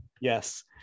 Yes